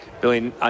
Billy